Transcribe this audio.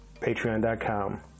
Patreon.com